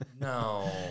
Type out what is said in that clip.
no